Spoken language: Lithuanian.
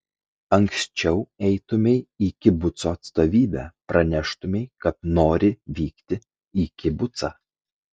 anksčiau eitumei į kibuco atstovybę praneštumei kad nori vykti į kibucą